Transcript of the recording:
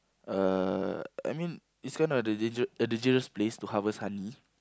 uh I mean it's kinda the danger dangerous place to harvest honey